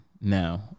now